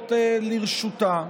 שעומדות לרשותה,